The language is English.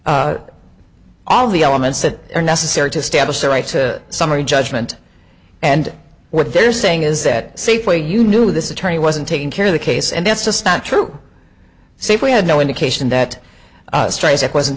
that all the elements that are necessary to establish their right to summary judgment and what they're saying is that safeway you knew this attorney wasn't taking care of the case and that's just not true so if we had no indication that strays that wasn't